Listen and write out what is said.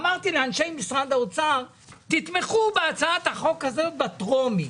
אמרתי לאנשי משרד האוצר תתמכו בהצעת החוק הזאת בטרומית